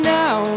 now